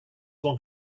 one